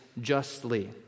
justly